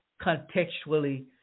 contextually